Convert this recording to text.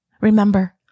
Remember